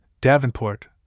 Davenport